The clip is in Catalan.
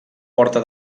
porta